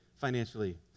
financially